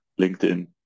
LinkedIn